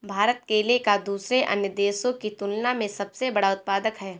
भारत केले का दूसरे अन्य देशों की तुलना में सबसे बड़ा उत्पादक है